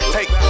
Take